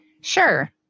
Sure